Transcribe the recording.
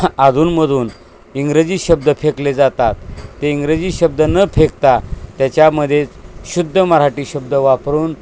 अधूनमधून इंग्रजी शब्द फेकले जातात ते इंग्रजी शब्द न फेकता त्याच्यामध्येच शुद्ध मराठी शब्द वापरून